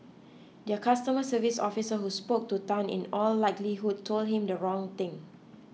their customer service officer who spoke to Tan in all likelihood told him the wrong thing